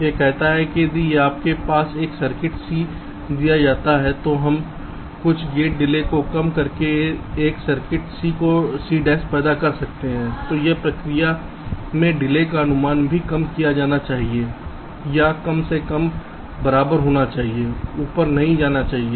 यह कहता है कि यदि आपको एक सर्किट C दिया जाता है तो हम कुछ गेट डिले को कम करके एक सर्किट C डैश प्राप्त कर सकते हैं और इस प्रक्रिया में देरी का अनुमान भी कम किया जाना चाहिए या कम से कम बराबर होना चाहिए ऊपर नहीं जाना चाहिए